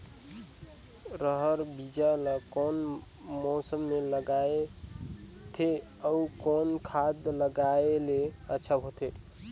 रहर बीजा ला कौन मौसम मे लगाथे अउ कौन खाद लगायेले अच्छा होथे?